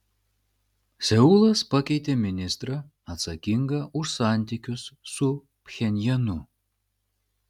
seulas pakeitė ministrą atsakingą už santykius su pchenjanu